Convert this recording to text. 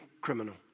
criminal